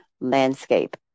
landscape